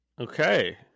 Okay